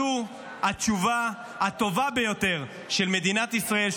זו התשובה הטובה ביותר של מדינת ישראל,